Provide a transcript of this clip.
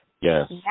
Yes